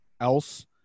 else